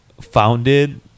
Founded